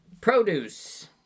Produce